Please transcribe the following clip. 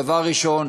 דבר ראשון,